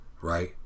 Right